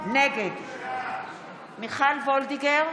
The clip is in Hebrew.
נגד מיכל וולדיגר,